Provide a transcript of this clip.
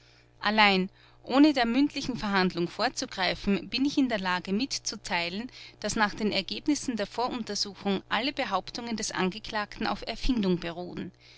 allein ohne der mündlichen verhandlung vorzugreifen bin ich in der lage mitzuteilen daß nach den ergebnissen der voruntersuchung alle behauptungen des angeklagten auf erfindung beruhen